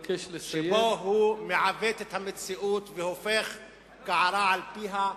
שבו הוא מעוות את המציאות והופך את הקערה על פיה.